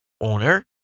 owner